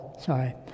sorry